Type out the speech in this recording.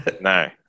No